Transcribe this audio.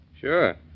Sure